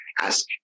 ask